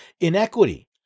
inequity